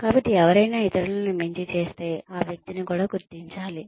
కాబట్టి ఎవరైనా ఇతరులను మించి చేస్తే ఆ వ్యక్తిని కూడా గుర్తించాలి